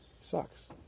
sucks